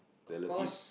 relatives